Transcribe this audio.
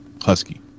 Husky